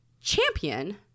champion